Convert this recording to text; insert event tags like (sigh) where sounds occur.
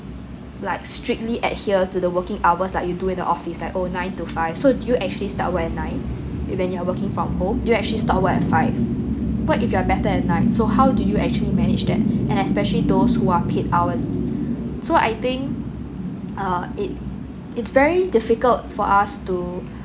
like strictly adhere to the working hours like you do it in the office like oh nine to five so do you actually start work at nine and when you're working from home do you actually stop work at five what if you're better at night so how do you actually manage that (breath) and especially those who are paid hourly (breath) so I think uh it it's very difficult for us to (breath)